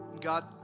God